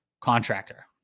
contractor